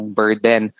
burden